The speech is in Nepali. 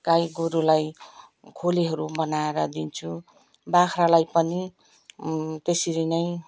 गाईगोरुलाई खोलेहरू बनाएर दिन्छु बाख्रालाई पनि त्यसरी नै